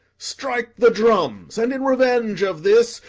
strike the drums, and, in revenge of this,